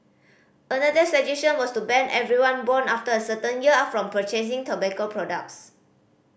another suggestion was to ban everyone born after a certain year from purchasing tobacco products